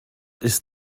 ist